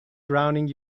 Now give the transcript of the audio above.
drowning